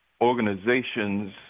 organizations